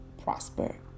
prosper